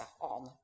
on